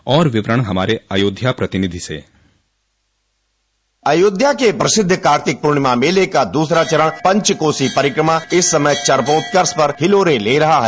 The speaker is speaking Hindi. और विवरण हमारे अयोध्या प्रतिनिधि से अयोध्या के प्रतिद्ध कार्तिक पूर्णिमा मेले का दूसरा चरण पंचकोषी परिक्रमा का इस समय चरमोत्कर्ष पर हिलोरे ले रहा है